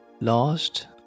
lost